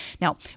Now